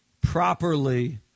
properly